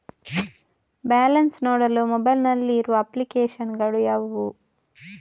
Balance ನೋಡಲು mobile ನಲ್ಲಿ ಇರುವ ಅಪ್ಲಿಕೇಶನ್ ಗಳು ಯಾವುವು?